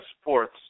sports